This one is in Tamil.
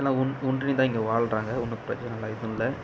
எல்லாம் ஒன் ஒன்றிதான் இங்கே வாழ்கிறாங்க ஒன்றும் பிரச்சனைலாம் எதுவும் இல்லை